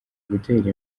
gutera